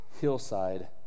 hillside